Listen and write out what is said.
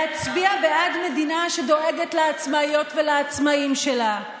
להצביע בעד מדינה שדואגת לעצמאיות ולעצמאים שלה,